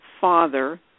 father